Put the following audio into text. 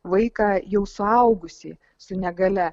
vaiką jau suaugusį su negalia